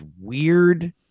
weird